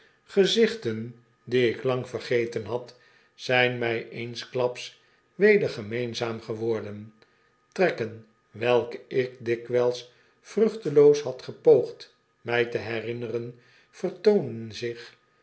gezichten die ik lang vergeten had zijn mij eensklaps weder gemeenzaam geworden trekken welke ik dikwij is vruchteloos hadgepoogdmij te herinneren vertoonen zich